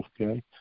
Okay